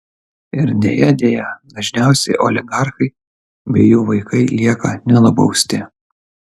ir deja deja dažniausiai oligarchai bei jų vaikai lieka nenubausti